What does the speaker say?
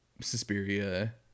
Suspiria